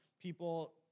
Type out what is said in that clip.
People